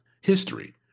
history